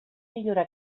millorar